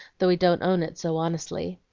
though we don't own it so honestly.